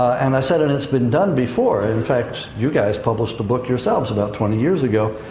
and i said, and it's been done before. in fact, you guys published a book, yourselves, about twenty years ago.